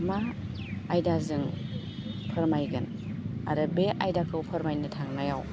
मा आयदाजों फोरमायगोन आरो बे आयदाखौ फोरमायनो थांनायाव